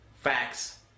facts